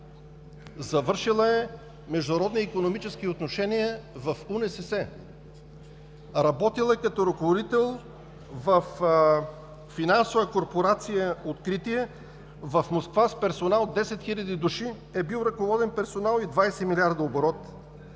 завършил е „Международни икономически отношения“ в УНСС; работил е като ръководител във финансова корпорация „Откритие“ в Москва с персонал 10 хиляди души – ръководен персонал, и 20 милиарда оборот;